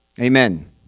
Amen